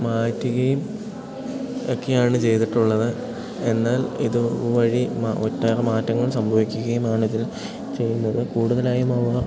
മാറ്റുകയും ഒക്കെയാണ് ചെയ്തിട്ടുള്ളത് എന്നാൽ ഇതു വഴി മ ഒറ്റ മാറ്റങ്ങൾ സംഭവിക്കുകയുമാണിതിൽ ചെയ്യുന്നത് കൂടുതലായും അവ